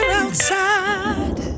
outside